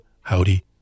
Howdy